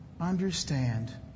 understand